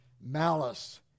malice